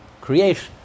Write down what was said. creation